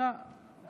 הוא